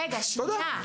רגע, שנייה.